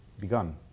begun